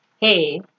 Hey